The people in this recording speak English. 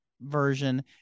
version